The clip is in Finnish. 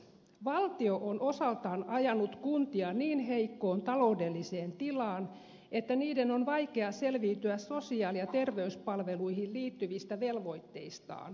valtio on osaltaan ajanut kuntia niin heikkoon taloudelliseen tilaan että niiden on vaikea selviytyä sosiaali ja terveyspalveluihin liittyvistä velvoitteistaan